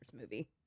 movie